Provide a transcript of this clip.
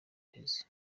guheze